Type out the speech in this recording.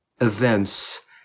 events